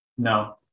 No